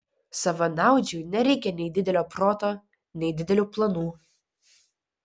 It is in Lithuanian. savanaudžiui nereikia nei didelio proto nei didelių planų